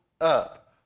up